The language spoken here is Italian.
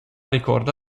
ricorda